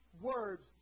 words